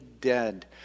dead